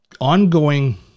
ongoing